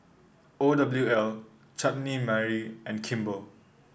O W L Chutney Mary and Kimball